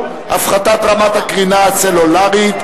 העברת האשפוז הסיעודי לאחריות